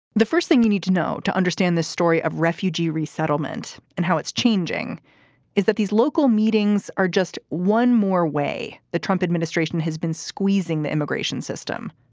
the first thing you need to know to understand the story of refugee resettlement and how it's changing is that these local meetings are just one more way. the trump administration has been squeezing the immigration system,